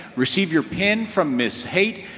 receive your pin from ms. haite,